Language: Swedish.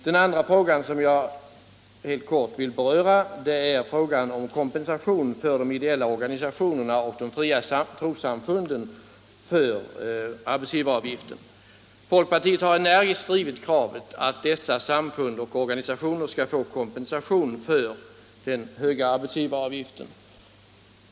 Den andra frågan som jag helt kort vill beröra är frågan om kompensation för arbetsgivaravgiften för de ideella organisationerna och de fria trossamfunden. Folkpartiet har energiskt drivit kravet att dessa samfund och organisationer skall få kompensation för den höga arbetsgivaravgiften.